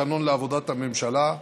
התקנון לעבודת הממשלה,